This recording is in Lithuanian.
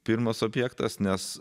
pirmas objektas nes